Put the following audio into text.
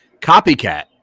Copycat